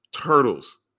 turtles